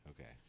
okay